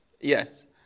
Yes